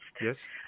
Yes